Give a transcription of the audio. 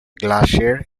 glacier